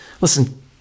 Listen